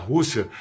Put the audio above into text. Rússia